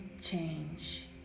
change